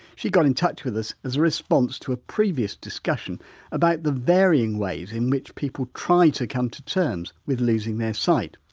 she got in touch with us as a response to a previous discussion about the varying ways in which people try to come to terms with losing their sight.